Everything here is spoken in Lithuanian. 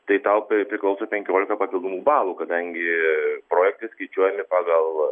tai tau pri priklauso penkiolika papildomų balų kadangi projektai skaičiuojami pagal